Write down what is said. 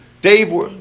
Dave